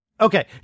Okay